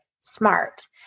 smart